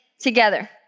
together